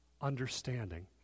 understanding